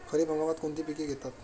खरीप हंगामात कोणती पिके येतात?